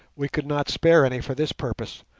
we could not spare any for this purpose,